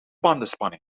bandenspanning